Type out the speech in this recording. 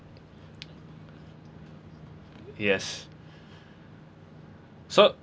yes so